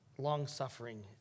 long-suffering